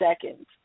seconds